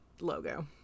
logo